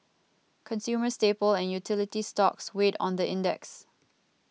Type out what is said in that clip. consumer staple and utility stocks weighed on the index